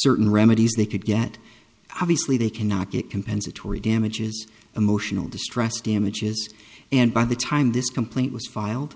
certain remedies they could get obviously they cannot get compensatory damages emotional distress damages and by the time this complaint was filed